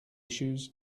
issues